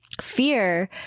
fear